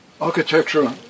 Architecture